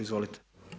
Izvolite.